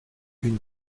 une